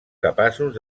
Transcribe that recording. capaços